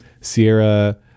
Sierra